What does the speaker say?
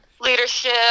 Leadership